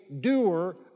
doer